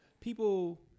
people